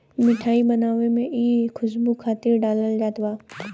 मिठाई बनावे में इ खुशबू खातिर डालल जात बा